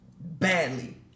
Badly